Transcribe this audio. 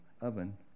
oven